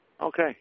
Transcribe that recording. Okay